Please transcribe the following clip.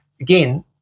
again